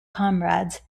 comrades